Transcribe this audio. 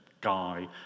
Guy